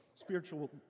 spiritual